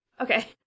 Okay